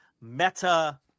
Meta